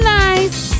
nice